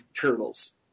Turtles